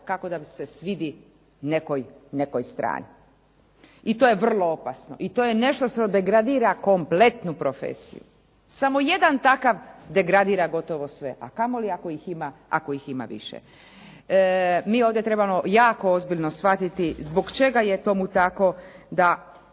kako se svidi nekoj strani. I to je vrlo opasno. I to je nešto što degradira kompletnu profesiju. Samo jedan takav degradira gotovo sve, a kamoli ako ih ima više. Mi ovdje trebamo jako ozbiljno shvatiti zbog čega je tomu tako da